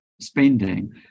spending